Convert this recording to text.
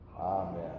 amen